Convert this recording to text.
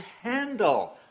handle